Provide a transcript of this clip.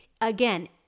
Again